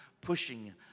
pushing